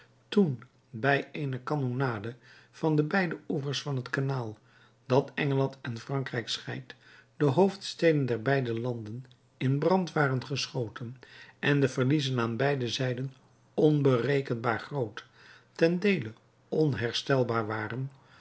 toen bij eene kanonnade van de beide oevers van het kanaal dat engeland en frankrijk scheidt de hoofdsteden der beide landen in brand waren geschoten en de verliezen aan beide zijden onberekenbaar groot ten deele onherstelbaar waren